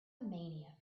mania